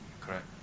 correct